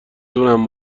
تونم